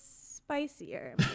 spicier